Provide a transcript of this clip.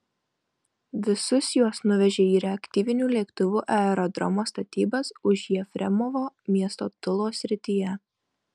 visus juos nuvežė į reaktyvinių lėktuvų aerodromo statybas už jefremovo miesto tulos srityje